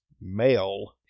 male